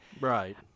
right